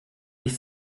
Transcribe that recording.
dich